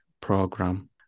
program